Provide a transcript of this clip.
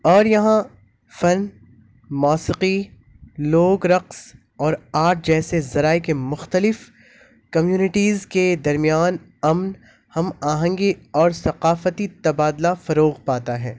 اور یہاں فن موسیقی لوک رقص اور آرٹ جیسے ذرائع کے مختلف کمیونٹیز کے درمیان امن ہم آہنگی اور ثقافتی تبادلہ فروغ پاتا ہے